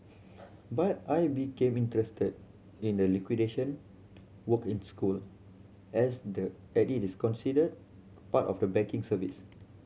but I became interested in the liquidation work in school as the as it is considered part of the banking service